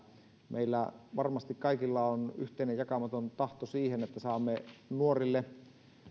meillä varmasti kaikilla on yhteinen jakamaton tahto siihen että saamme